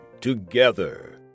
together